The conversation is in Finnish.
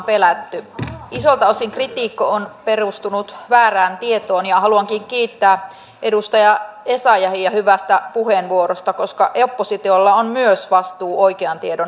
isoilta osin kritiikki on perustunut väärään tietoon ja haluankin kiittää edustaja essayahia hyvästä puheenvuorosta koska oppositiolla on myös vastuu oikean tiedon levittämisestä